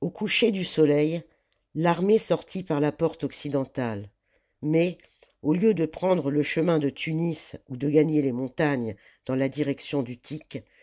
au coucher du soleil l'armée sortit par la porte occidentale mais au lieu de prendre le chemin de tunis ou de gagner les montagnes dans la direction d'utique